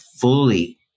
fully